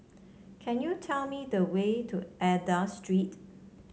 can you tell me the way to Aida Street